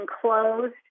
closed